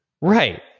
Right